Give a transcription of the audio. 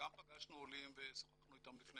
גם פגשנו עולים ושוחחנו איתם לפני